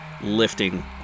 lifting